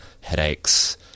headaches